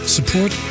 Support